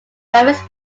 clovis